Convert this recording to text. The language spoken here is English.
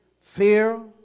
fear